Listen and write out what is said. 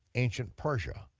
ancient persia,